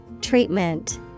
Treatment